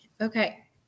Okay